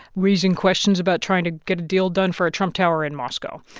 raising questions about trying to get a deal done for a trump tower in moscow.